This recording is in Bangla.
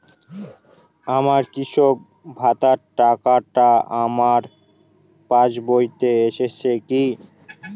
আমার কৃষক ভাতার টাকাটা আমার পাসবইতে এসেছে কি?